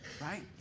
right